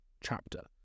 chapter